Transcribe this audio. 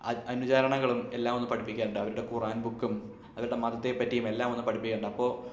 അനു അനുചരണങ്ങളും എല്ലാം ഒന്ന് പഠിപ്പിക്കാറുണ്ട് അവരുടെ ഖുറാൻ ബുക്കും അവരുടെ മതത്തേപ്പറ്റിയും എല്ലാം ഒന്ന് പഠിപ്പിക്കാറുണ്ട് അപ്പോള്